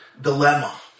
dilemma